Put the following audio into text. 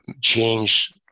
change